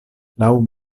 laŭ